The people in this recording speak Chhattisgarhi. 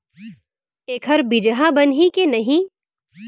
एखर बीजहा बनही के नहीं?